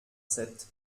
sept